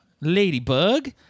ladybug